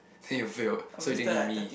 then you failed so you didn't give me